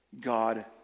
God